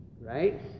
right